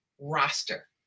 roster